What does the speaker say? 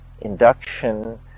induction